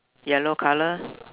yellow colour